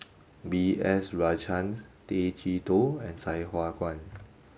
B S Rajhans Tay Chee Toh and Sai Hua Kuan